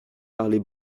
parler